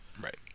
Right